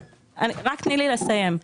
רק תני לי לסיים.